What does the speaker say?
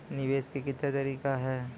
निवेश के कितने तरीका हैं?